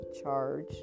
charge